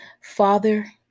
Father